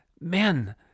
men